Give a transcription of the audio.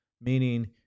meaning